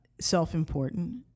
self-important